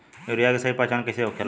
Urea के सही पहचान कईसे होखेला?